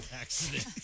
accident